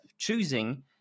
choosing